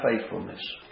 faithfulness